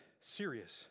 serious